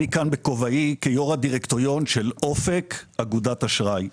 אני כאן בכובעי כיו"ר הדירקטוריון של "אופק - אגודת אשראי".